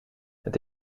het